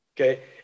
okay